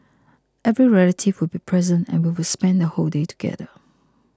every relative would be present and we would spend the whole day together